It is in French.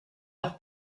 leur